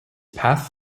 path